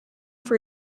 for